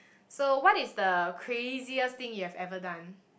so what is the craziest thing you have ever done